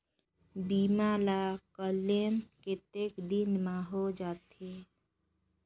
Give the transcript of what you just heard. बीमा ला क्लेम कतेक दिन मां हों जाथे?